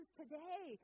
today